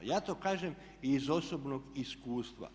Ja to kažem i iz osobnog iskustva.